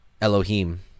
Elohim